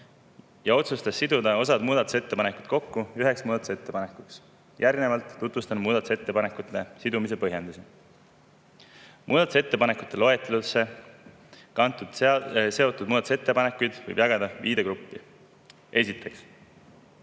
otsustas siduda osa muudatusettepanekuid kokku üheks muudatusettepanekuks. Järgnevalt tutvustan muudatusettepanekute kokkusidumise põhjendusi. Muudatusettepanekute loetelusse kantud seotud muudatusettepanekud võib jagada viide gruppi. Esiteks,